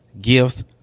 Gift